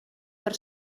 per